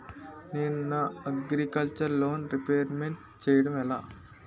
నేను నా agriculture loan repayment చేయడం ఎలా?